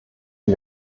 die